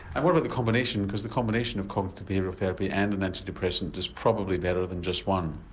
and what about the combination, because the combination of cognitive behavioural therapy and an antidepressant is probably better than just one?